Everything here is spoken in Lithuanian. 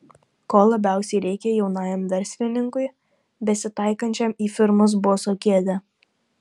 ko labiausiai reikia jaunajam verslininkui besitaikančiam į firmos boso kėdę